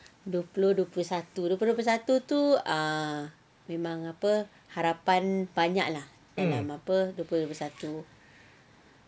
dua puluh dua puluh satu dua puluh satu tu ah memang apa harapan banyak lah dalam apa dua puluh dua puluh satu